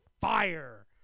fire